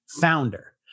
founder